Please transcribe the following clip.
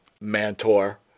Mantor